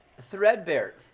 threadbare